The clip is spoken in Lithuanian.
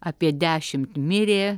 apie dešimt mirė